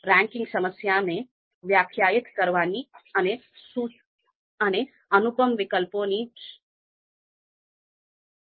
વિવિધ પ્રકારના ધોરણ પર વધુ વિગતો માટે તમે મારા અન્ય અભ્યાસક્રમ R ના ઉપયોગ થી બિઝનેસ એનાલિટિક્સ અને ડેટા માઇનિંગ મોડેલિંગ નો સંદર્ભ લઈ શકો છો